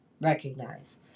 recognize